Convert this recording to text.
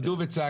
הן עמדו וצעקו,